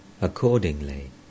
Accordingly